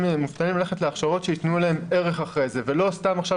מובטלים ללכת להכשרות שייתנו להם ערך אחרי זה ולא סתם עכשיו